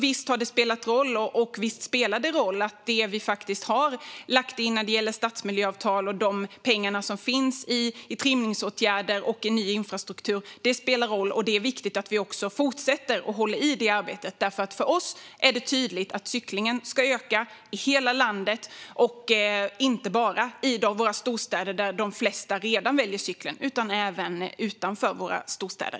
Visst har det spelat roll och visst spelar det roll med de pengar som vi har lagt in i form av stadsmiljöavtal, i trimningsåtgärder och ny infrastruktur. Det är viktigt att vi också fortsätter och att vi håller i det arbetet. För oss är det tydligt att cyklingen ska öka i hela landet och inte bara i våra storstäder där de flesta redan väljer cykeln utan även utanför våra storstäder.